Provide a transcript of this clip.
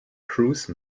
cruise